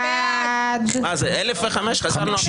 מי נגד?